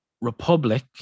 republic